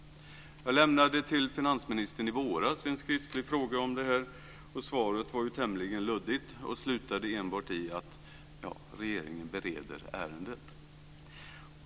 Jag lämnade en skriftlig fråga om det här till finansministern i våras. Svaret var tämligen luddigt och slutade enbart i att regeringen bereder ärendet.